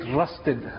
rusted